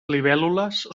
libèl·lules